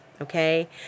okay